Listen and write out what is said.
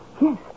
Yes